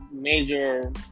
major